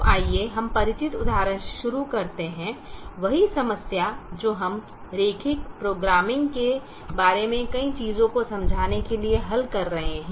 तो आइए हम परिचित उदाहरण से शुरू करते हैं वही समस्या जो हम रैखिक प्रोग्रामिंग के बारे में कई चीजों को समझने के लिए हल कर रहे हैं